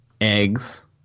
eggs